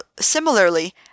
similarly